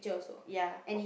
ya